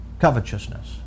Covetousness